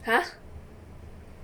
!huh!